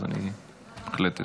אז אני בהחלט אתן.